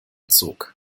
zog